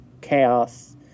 chaos